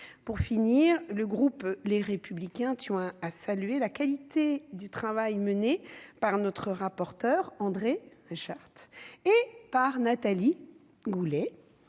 Pour finir, le groupe Les Républicains tient à saluer la qualité du travail mené par nos rapporteurs, André Reichardt et Nathalie Goulet,